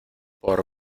por